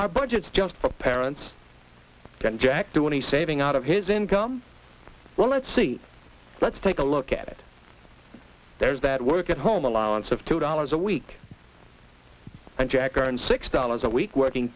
our budgets just for parents can jack do any saving out of his income well let's see let's take a look at it there's that work at home allowance of two dollars a week and jack earns six dollars a week working